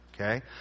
Okay